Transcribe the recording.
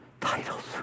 titles